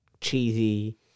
cheesy